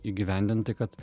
įgyvendint tai kad